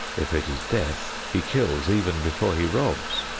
if it is death, he kills even before he robs.